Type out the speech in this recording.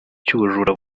cy’ubujura